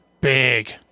big